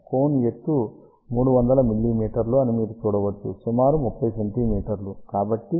cone యొక్క ఎత్తు 300 మిమీ అని మీరు చూడవచ్చు సుమారు 30 సెం